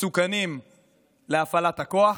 מסוכנים להפעלת הכוח